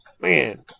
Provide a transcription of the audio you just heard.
man